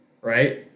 right